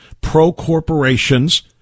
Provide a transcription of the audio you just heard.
pro-corporations